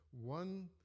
one